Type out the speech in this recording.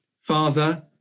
father